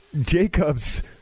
Jacobs